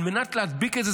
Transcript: על מנת להדביק את זה,